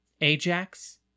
Ajax